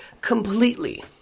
completely